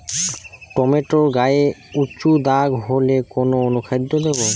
Tomato গায়ে উচু দাগ হলে কোন অনুখাদ্য দেবো?